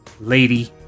Lady